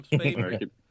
favorite